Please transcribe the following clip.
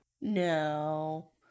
No